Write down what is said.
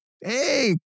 hey